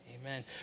amen